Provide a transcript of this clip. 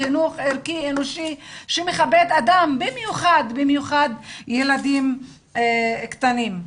חינוך ערכי-אנושי שמכבד אדם במיוחד ילדים קטנים.